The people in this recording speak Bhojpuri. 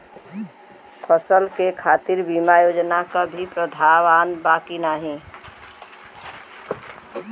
फसल के खातीर बिमा योजना क भी प्रवाधान बा की नाही?